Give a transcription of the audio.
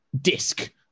disc